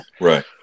right